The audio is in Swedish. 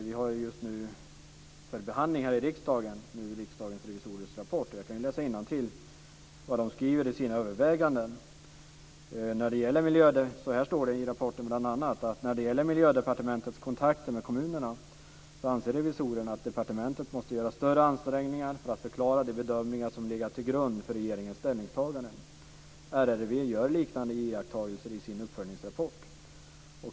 Vi har just nu för behandling här i riksdagen Riksdagens revisorers rapport. Jag kan läsa innantill vad de skriver i sina överväganden. I rapporten står det bl.a. att när det gäller Miljödepartementets kontakter med kommunerna anser revisorerna att departementet måste göra större ansträngningar för att förklara de bedömningar som har legat till grund för regeringens ställningstagande. RRV gör liknande iakttagelser i sin uppföljningsrapport.